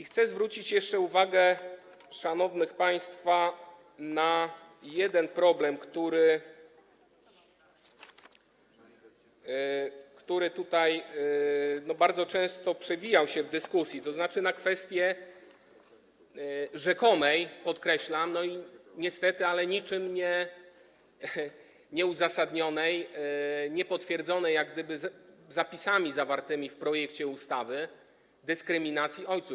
Chcę zwrócić jeszcze uwagę szanownych państwa na jeden problem, który tutaj bardzo często przewijał się w dyskusji, to znaczy na kwestię rzekomej, podkreślam - niestety, jest to niczym nieuzasadnione, niepotwierdzone jak gdyby zapisami zawartymi w projekcie ustawy - dyskryminacji ojców.